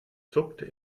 zuckte